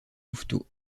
louveteaux